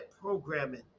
programming